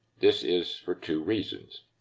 this is for two reasons.